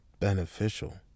Beneficial